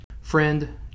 Friend